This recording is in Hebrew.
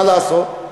מה לעשות,